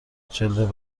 جلد